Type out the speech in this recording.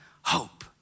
hope